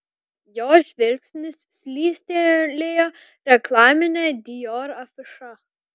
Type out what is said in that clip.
jo žvilgsnis slystelėjo reklamine dior afiša